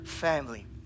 family